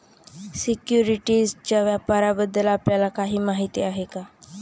सिक्युरिटीजच्या व्यापाराबद्दल आपल्याला काही माहिती आहे का?